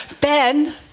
Ben